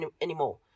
anymore